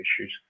issues